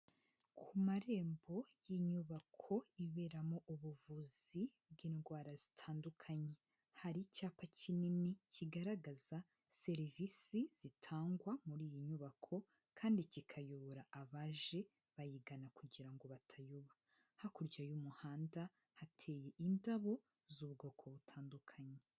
Ku marembo y'inyubako iberamo ubuvuzi bw'indwara zitandukanye. Hari icyapa kinini kigaragaza serivisi zitangwa muri iyi nyubako kandi kikayobora abaje bayigana kugira ngo batayoba. Hakurya y'umuhanda hateye indabo z'ubwoko butandukanye.